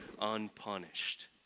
Unpunished